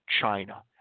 China